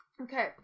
Okay